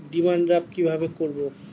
Demand draft কীভাবে করব?